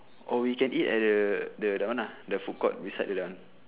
or we can eat at the the that one lah the food court beside that one